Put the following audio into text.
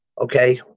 Okay